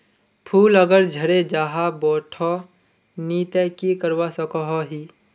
फूल अगर झरे जहा बोठो नी ते की करवा सकोहो ही?